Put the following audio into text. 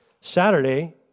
Saturday